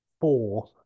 four